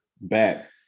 back